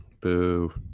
Boo